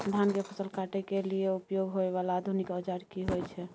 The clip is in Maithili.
धान के फसल काटय के लिए उपयोग होय वाला आधुनिक औजार की होय छै?